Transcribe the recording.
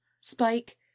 spike